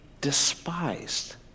despised